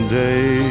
day